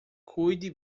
cuide